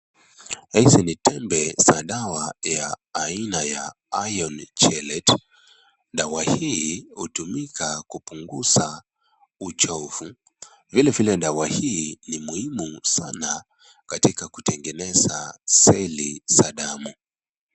Hizi ni tembe za dawa ya aina ya ( ion JLH). Dawa hii utumika kupunguza uchovu vile vile dawa hii ni muhimu sana katika kutengeneza seli za damu.